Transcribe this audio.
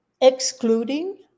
excluding